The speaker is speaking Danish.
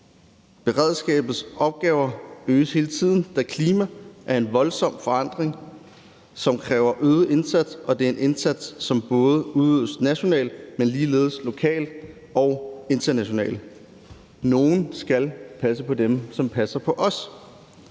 Beredskabets opgaver øges hele tiden, da klimaet er i en voldsom forandring, som kræver en øget indsats, og det er en indsats, som både udøves nationalt og lokalt, men også internationalt. Nogle skal passe på dem, som passer på os.